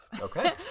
Okay